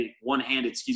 one-handed